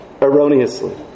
erroneously